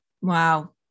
Wow